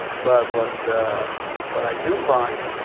but what what i do find,